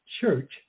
church